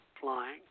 flying